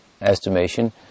estimation